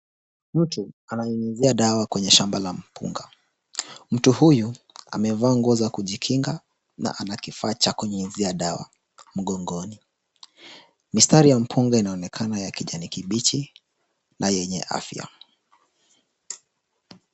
Mtu ananyunyizia dawa kwenye shamba la mpunga. Mtu huyu amevaa nguo za kujikinga na ana kifaa cha kunyunyizia dawa mgongoni. Mistari ya mpunga unaonekana ha kijani kibichi na yenye afya.